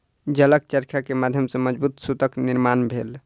जलक चरखा के माध्यम सॅ मजबूत सूतक निर्माण भेल